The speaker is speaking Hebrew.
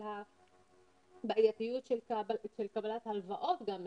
על הבעייתיות של קבלת הלוואות מהבנק.